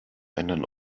einen